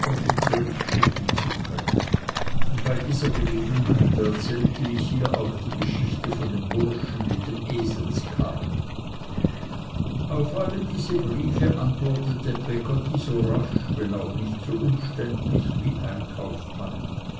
zurückschicken zu können bei dieser gelegenheit erzählte ich ihr auch die geschichte von dem burschen mit dem eselskarren auf alle diese briefe antwortete peggotty so rasch wenn auch nicht so umständlich wie ein